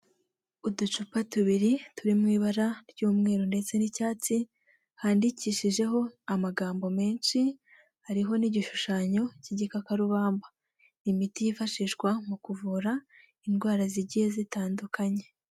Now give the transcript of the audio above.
Uducupa tubiri turi mu ibara ry'umweru ndetse n'icyatsi, handikishijeho amagambo menshi, hariho n'igishushanyo cy'igikakarubamba. Imiti yifashishwa mu kuvura indwara zigiye zitandukanye.